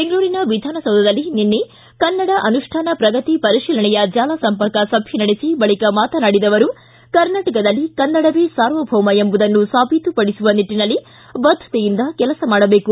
ಬೆಂಗಳೂರಿನ ವಿಧಾನಸೌಧದಲ್ಲಿ ನಿನ್ನೆ ಕನ್ನಡ ಅನುಷ್ಠಾನ ಪ್ರಗತಿ ಪರಿಶೀಲನೆಯ ಜಾಲ ಸಂಪರ್ಕ ಸಭೆ ನಡೆಸಿ ಬಳಿಕ ಮಾತನಾಡಿದ ಅವರು ಕರ್ನಾಟಕದಲ್ಲಿ ಕನ್ನಡವೇ ಸಾರ್ವಭೌಮ ಎಂಬುದನ್ನು ಸಾಬೀತು ಪಡಿಸುವ ನಿಟ್ಟನಲ್ಲಿ ಬದ್ದತೆಯಿಂದ ಕೆಲಸ ಮಾಡಬೇಕು